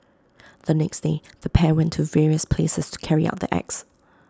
the next day the pair went to various places to carry out the acts